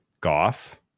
Goff